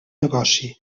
negoci